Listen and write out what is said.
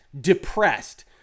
depressed